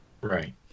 Right